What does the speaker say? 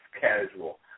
casual